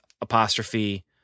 apostrophe